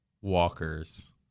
walkers